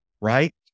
right